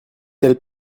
telle